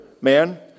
man